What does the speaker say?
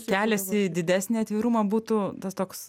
kelias į didesnį atvirumą būtų tas toks